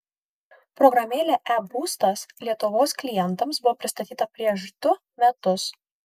programėlė e būstas lietuvos klientams buvo pristatyta prieš du metus